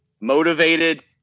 motivated